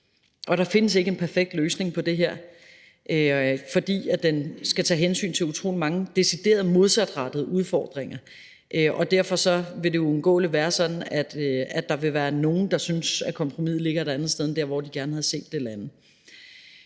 der findes ikke en perfekt løsning på det her, for der skal tages hensyn til utrolig mange decideret modsatrettede udfordringer, og derfor vil det uundgåeligt være sådan, at der vil være nogle, der synes, at kompromiset er landet et andet sted end der, hvor de gerne havde set det lande.